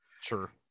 Sure